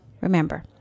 Remember